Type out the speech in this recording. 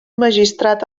magistrat